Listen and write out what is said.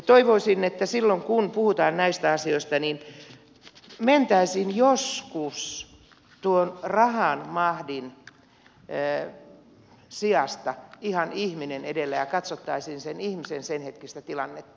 toivoisin että silloin kun puhutaan näistä asioista niin mentäisiin joskus tuon rahan mahdin sijasta ihan ihminen edellä ja katsottaisiin sen ihmisen senhetkistä tilannetta